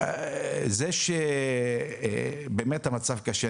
המצב באמת קשה.